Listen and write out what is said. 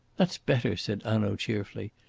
that's better, said hanaud cheerfully.